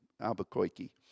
Albuquerque